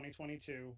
2022